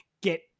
get